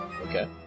Okay